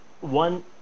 one